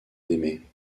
d’aimer